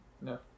No